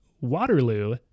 Waterloo